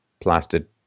plastered